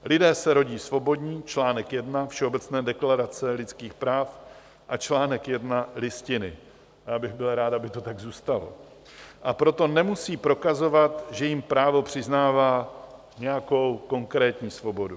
Lidé se rodí svobodní čl. 1 Všeobecné deklarace lidských práv a čl. 1 Listiny já bych byl rád, aby to tak zůstalo a proto nemusí prokazovat, že jim právo přiznává nějakou konkrétní svobodu.